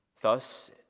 Thus